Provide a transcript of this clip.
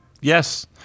Yes